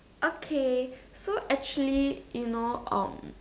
okay so actually you know um